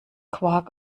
quark